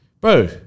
bro